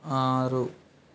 ఆరు